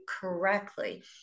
correctly